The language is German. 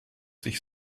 sich